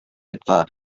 etwa